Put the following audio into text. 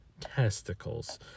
testicles